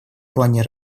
плане